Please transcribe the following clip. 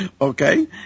Okay